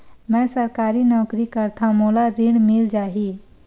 मै सरकारी नौकरी करथव मोला ऋण मिल जाही?